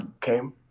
came